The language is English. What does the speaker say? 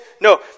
No